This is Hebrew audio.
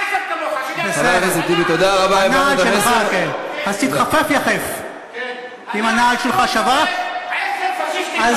תתבייש אתה, זה דברי שר פאשיסט שמתנגד, בסדר.